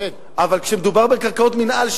אבל כשמדובר בקרקעות מינהל,